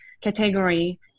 category